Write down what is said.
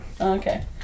Okay